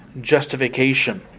justification